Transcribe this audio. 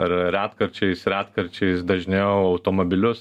ar retkarčiais retkarčiais dažniau automobilius